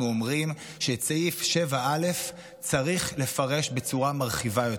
אומרים שאת סעיף 7א צריך לפרש בצורה מרחיבה יותר,